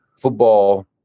football